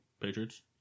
Patriots